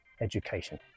education